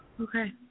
Okay